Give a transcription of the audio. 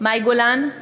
מאי גולן,